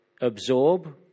Absorb